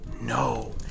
No